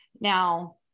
Now